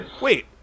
Wait